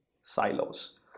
silos